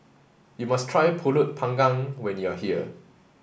you must try Pulut panggang when you are here